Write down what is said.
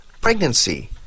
pregnancy